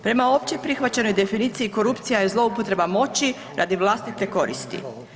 Prema opće prihvaćenoj definiciji korupcija je zloupotreba moći radi vlastite koristi.